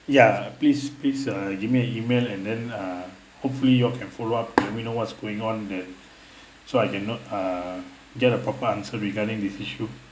ya please please uh give me a email and then uh hopefully you all can follow up with me what's going on that so I can note err get a proper answer regarding this issue